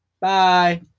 Bye